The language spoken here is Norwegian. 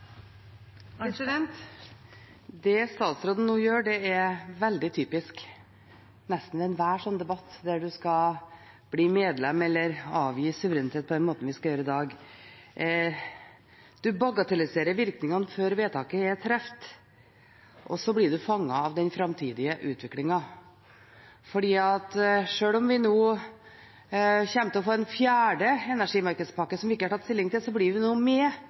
Det statsråden gjør nå, er veldig typisk for nesten enhver slik debatt om at man skal bli medlem eller avgi suverenitet på den måten vi skal gjøre i dag. Man bagatelliserer virkningene før vedtaket er truffet, og så blir man fanget av den framtidige utviklingen. For selv om vi nå kommer til å få en fjerde energimarkedspakke som vi ikke har tatt stilling til, blir